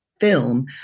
film